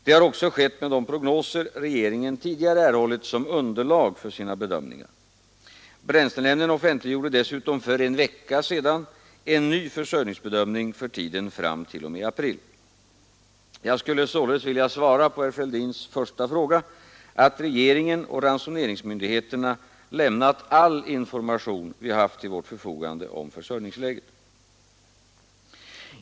Så har även skett med de prognoser regeringen tidigare erhållit som underlag för sina bedömningar. Bränslenämnden offentliggjorde dessutom för en vecka sedan en ny försörjningsbedömning för tiden fram t.o.m. april. Jag skulle Således vilja svara på herr Fälldins första fråga att regeringen och ransoneringsmyndigheterna lämnat all information vi haft till vårt förfogande om försörjningsläget.